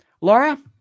Laura